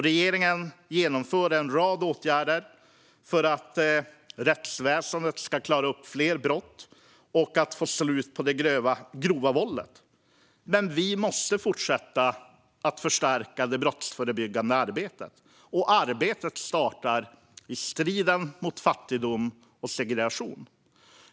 Regeringen genomför en rad åtgärder för att rättsväsendet ska klara upp fler brott och få ett slut på det grova våldet. Men vi måste fortsätta att förstärka det brottsförebyggande arbetet. Detta arbete startar med striden mot fattigdom och segregation.